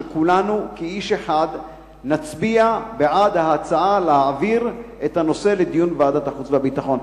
שכולנו כאיש אחד נצביע בעד ההצעה להעביר את הנושא לוועדת החוץ והביטחון.